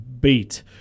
beat